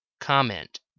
Comment